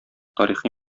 тарихи